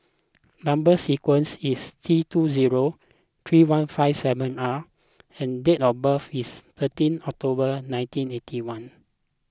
Number Sequence is T two zero three one five seven R and date of birth is thirteenth October nineteen eighty one